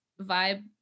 vibe